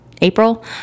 April